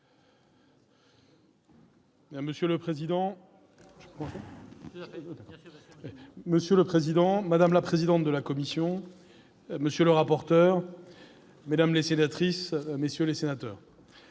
Monsieur le président, madame la présidente de la commission, monsieur le rapporteur, mesdames, messieurs les sénateurs,